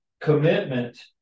commitment